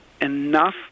enough